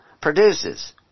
produces